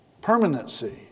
Permanency